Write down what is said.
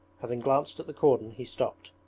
having glanced at the cordon he stopped.